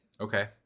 Okay